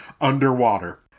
underwater